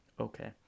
okay